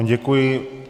Děkuji.